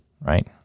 right